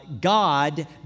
God